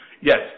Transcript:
Yes